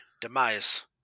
demise